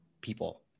people